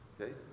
okay